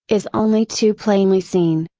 is only too plainly seen.